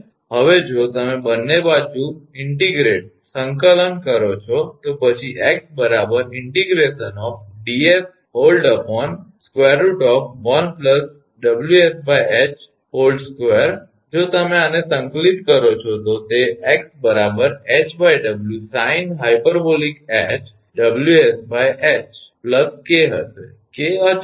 હવે જો તમે બંને બાજુ સંકલન કરો છો તો પછી 𝑥 ∫𝑑𝑠 √1 𝑊𝑠𝐻2 જો તમે આને સંકલિત કરો છો તો તે 𝑥 𝐻𝑊 sinh−1𝑊𝑠𝐻 𝐾 હશે 𝐾 અચળ છે